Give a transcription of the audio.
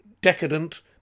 decadent